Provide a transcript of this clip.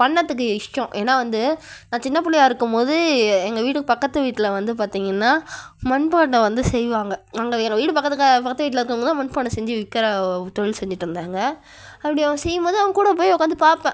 பண்ணறத்துக்கு இஷ்டம் ஏன்னால் வந்து நான் சின்ன பிள்ளையா இருக்கும் போது எங்கள் வீட்டுக்கு பக்கத்து வீட்டில் வந்து பார்த்திங்கனா மண் பாண்டம் வந்து செய்வாங்க அங்கே எங்கள் வீடு பக்கத்தில் பக்கத்து வீட்டில் இருக்கிறவங்க தான் மண் பாண்டம் செஞ்சு விற்கிற தொழில் செஞ்சுடிருந்தாங்க அப்படி அவங்க செய்யும் போது அவங்க கூட போய் உட்காந்து பார்ப்பேன்